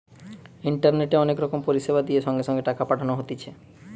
ইন্টারনেটে অনেক রকম পরিষেবা দিয়ে সঙ্গে সঙ্গে টাকা পাঠানো হতিছে